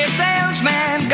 salesman